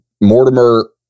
mortimer